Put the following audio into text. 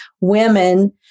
women